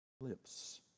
Lips